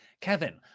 Kevin